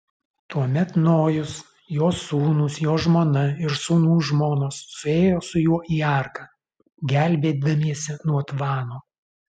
tuomet nojus jo sūnūs jo žmona ir sūnų žmonos suėjo su juo į arką gelbėdamiesi nuo tvano